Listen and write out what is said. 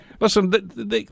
Listen